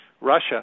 Russia